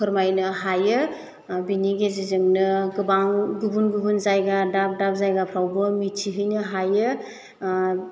फोरमायनो हायो बेनि गेजेरजोंनो गोबां गुबुन गुबुन जायगा दाब दाब जायगाफ्रावबो मिथिहैनो हायो